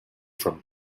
from